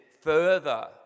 further